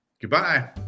Goodbye